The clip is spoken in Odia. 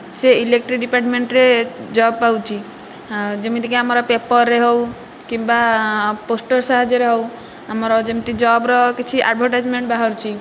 ସେ ଇଲେକ୍ଟ୍ରିକ୍ ଡିପାର୍ଟମେଣ୍ଟରେ ଜବ ପାଉଛି ଯେମିତିକି ଆମର ପେପରରେ ହେଉ କିମ୍ବା ପୋଷ୍ଟର ସାହାଯ୍ୟରେ ହେଉ ଆମର ଯେମିତି ଜବର କିଛି ଆଡ଼ଭରଟାଇଜମେଣ୍ଟ ବାହାରୁଛି